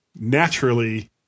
naturally